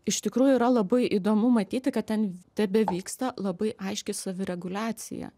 iš tikrųjų yra labai įdomu matyti kad ten tebevyksta labai aiški savireguliacija